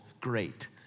great